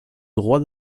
droit